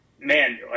Man